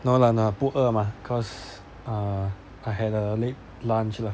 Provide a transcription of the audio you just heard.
no lah no 不饿 mah cause uh I had a late lunch lah